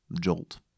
jolt